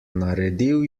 naredil